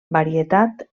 varietat